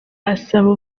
asaba